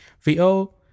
vo